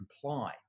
comply